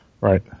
Right